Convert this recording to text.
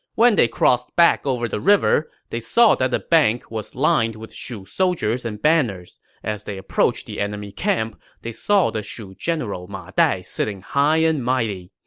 when they crossed back over the river, they saw that the bank was lined with shu soldiers and banners. as they approached the enemy camp, they saw the shu general ma dai sitting high and mighty.